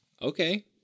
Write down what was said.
Okay